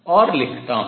और लिखता हूँ